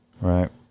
Right